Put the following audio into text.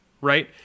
right